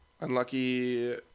unlucky